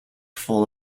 full